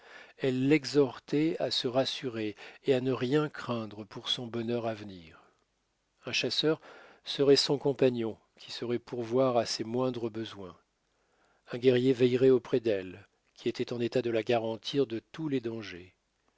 elles l'exhortaient à se rassurer et à ne rien craindre pour son bonheur à venir un chasseur serait son compagnon qui saurait pourvoir à ses moindres besoins un guerrier veillerait auprès d'elle qui était en état de la garantir de tous les dangers